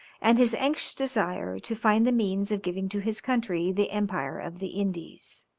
and his anxious desire to find the means of giving to his country the empire of the indies.